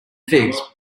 figs